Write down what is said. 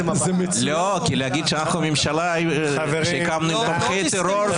זה מצוין --- להגיד שאנחנו ממשלה שהוקמה עם תומכי טרור,